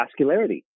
vascularity